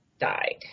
died